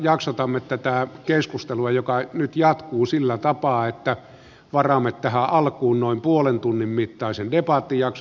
jaksotamme tätä keskustelua joka nyt jatkuu sillä tapaa että varaamme tähän alkuun noin puolen tunnin mittaisen debattijakson